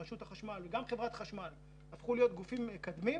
רשות החשמל וגם חברת החשמל הפכו להיות גופים מקדמים,